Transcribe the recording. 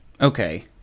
Okay